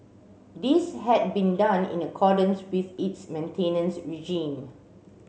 this had been done in accordance with its maintenance regime